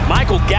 Michael